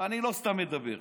אני לא סתם מדבר,